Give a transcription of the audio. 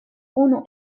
unu